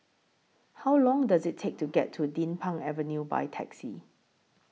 How Long Does IT Take to get to Din Pang Avenue By Taxi